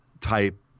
type